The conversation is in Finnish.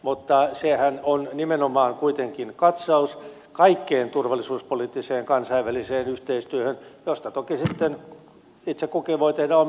mutta sehän on nimenomaan kuitenkin katsaus kaikkeen turvallisuuspoliittiseen kansainväliseen yhteistyöhön josta toki sitten itse kukin voi tehdä omia johtopäätöksiään